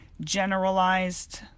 generalized